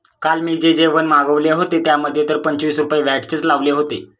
काल मी जे जेवण मागविले होते, त्यामध्ये तर पंचवीस रुपये व्हॅटचेच लावले होते